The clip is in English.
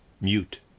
mute